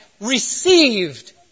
received